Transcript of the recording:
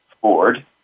Ford